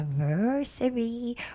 anniversary